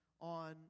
on